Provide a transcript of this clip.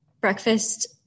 breakfast